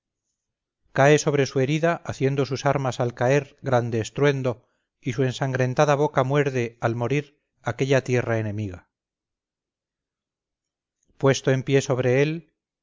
cae sobre su herida haciendo sus armas al caer grande estruendo y su ensangrentada boca muerde al morir aquella tierra enemiga puesto en pie sobre él